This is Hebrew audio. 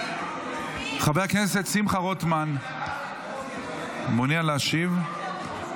חבר הכנסת שמחה רוטמן מעוניין להשיב.